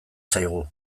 zaigu